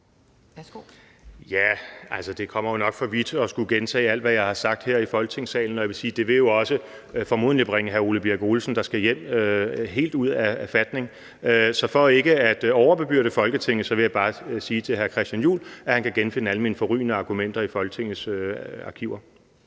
Ja, det kommer jo nok for vidt at skulle gentage alt, hvad jeg har sagt her i Folketingssalen, og jeg vil sige, at det jo også formodentlig vil bringe hr. Ole Birk Olesen, der skal hjem, helt ud af fatning. Så for ikke at overbebyrde Folketinget vil jeg bare sige til hr. Christian Juhl, at han kan genfinde alle mine forrygende argumenter i Folketingets arkiver.